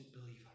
believer